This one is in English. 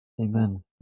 Amen